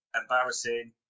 embarrassing